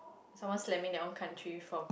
someone laminate on country from